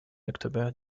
october